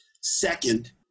Second